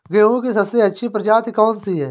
गेहूँ की सबसे अच्छी प्रजाति कौन सी है?